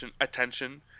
attention